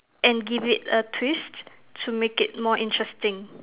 and give it a twist to make it more interesting